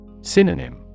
Synonym